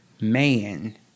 man